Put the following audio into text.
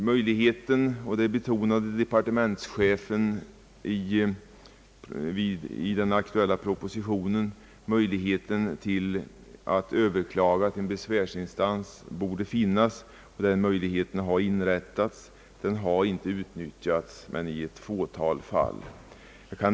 Möjligheten «att överklaga till besvärsinstans borde finnas — det betonade departementschefen i den aktuella propositionen. Den möjligheten har införts, men den har inte utnyttjats mer än i ett fåtal fall.